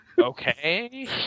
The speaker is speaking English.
Okay